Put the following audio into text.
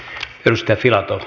arvoisa puhemies